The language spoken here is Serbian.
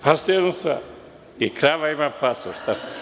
Pazite jednu stvar, i krava ima pasoš.